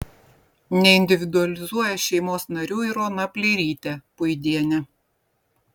neindividualizuoja šeimos narių ir ona pleirytė puidienė